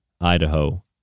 Idaho